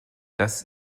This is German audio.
das